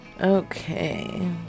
Okay